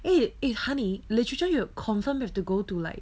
eh eh honey literature you confirm have to go to like